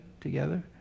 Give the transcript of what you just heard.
together